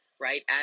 right